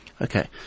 Okay